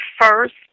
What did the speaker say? first